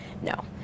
No